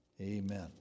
amen